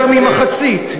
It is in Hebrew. מחצית,